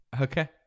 Okay